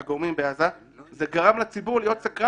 שיש כאן סכנה ביטחונית וכו', הציבור כן שיתוף